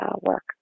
work